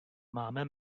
máme